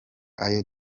ayo